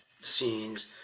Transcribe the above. scenes